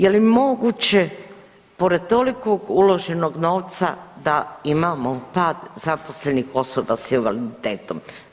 Je li moguće pored tolikog uloženog novca da imamo pad zaposlenih osoba s invaliditetom?